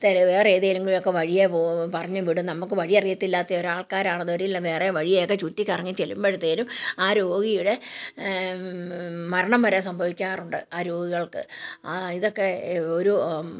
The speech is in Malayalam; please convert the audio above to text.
വേറെ ഏതെങ്കിലും ഒക്കെ വഴിയേ പോ പറഞ്ഞു വിടും നമുക്ക് വഴിയറിയത്തില്ലാത്ത ഒരോൾക്കാർ ആണ് വേറെ വഴി ഏതാ ചുറ്റിക്കറങ്ങി ചെല്ലുമ്പോഴത്തെനും ആ രോഗിയുടെ മരണം വരെ സംഭവിക്കാറുണ്ട് ആ രോഗികൾക്ക് ആ ഇതൊക്കെ ഓരോ